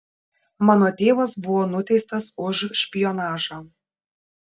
mano tėvas buvo nuteistas už špionažą